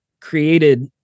created